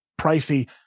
pricey